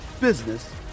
business